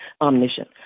omniscient –